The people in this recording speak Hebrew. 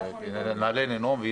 שנעלה לנאום.